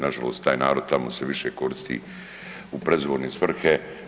Na žalost taj narod tamo se više koristi u predizborne svrhe.